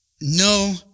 No